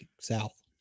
South